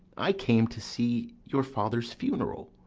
i came to see your father's funeral.